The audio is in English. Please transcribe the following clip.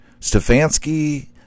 Stefanski